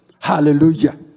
hallelujah